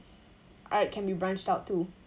art can be branched out to